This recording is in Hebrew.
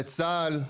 לצה"ל,